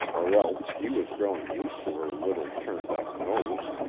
or else he was growing used to her little, turned-up nose.